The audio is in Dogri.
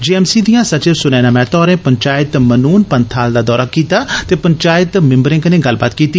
जे एम सी दियां सविव सुनयना मेहता होरें पंचैत मनून पंथाल दा दौरा कीता ते पंचैत मिम्बरें कन्नै गल्लबात कीती